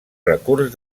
recurs